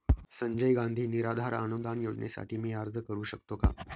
संजय गांधी निराधार अनुदान योजनेसाठी मी अर्ज करू शकतो का?